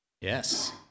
Yes